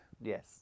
Yes